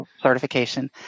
certification